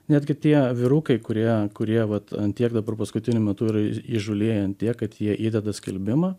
netgi tie vyrukai kurie kurie vat ant tiek dabar paskutiniu metu yra įžūlėję tiek kad jie įdeda skelbimą